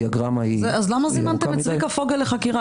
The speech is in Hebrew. אז למה זימנתם את צביקה פוגל לחקירה?